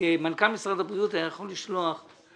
מנכ"ל משרד הבריאות היה יכול לשלוח פקיד.